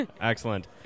Excellent